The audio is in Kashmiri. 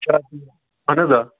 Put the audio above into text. اہن حظ آ